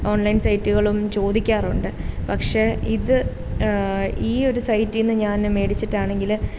online സൈറ്റുകളും ചോദിക്കാറുണ്ട് പക്ഷേ ഇത് ഈ ഒരു സൈറ്റിൽ നിന്ന് ഞാൻ മേടിച്ചിട്ടാണെങ്കിൽ